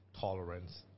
tolerance